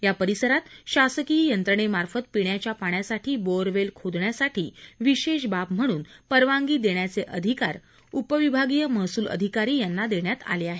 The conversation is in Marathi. या परिसरात शासकीय यंत्रणेमार्फत पिण्याच्या पाण्यासाठी बोअरवेल खोदण्यासाठी विशेष बाब म्हणून परवानगी देण्याचे अधिकारी उपविभागीय महसूल अधिकारी यांना देण्यात आले आहेत